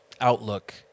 outlook